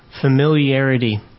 familiarity